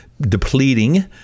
depleting